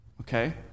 Okay